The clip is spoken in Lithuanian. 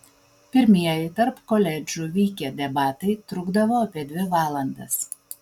pirmieji tarp koledžų vykę debatai trukdavo apie dvi valandas